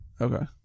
Okay